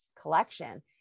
collection